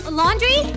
laundry